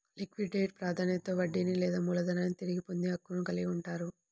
liquidate ప్రాధాన్యతలో వడ్డీని లేదా మూలధనాన్ని తిరిగి పొందే హక్కును కలిగి ఉంటారు